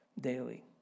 daily